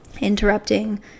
Interrupting